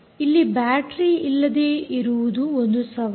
ಇಲ್ಲಿ ಬ್ಯಾಟರೀ ಇಲ್ಲದೆ ಇರುವುದು ಒಂದು ಸವಾಲು